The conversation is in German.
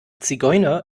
zigeuner